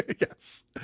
Yes